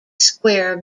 square